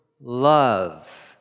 love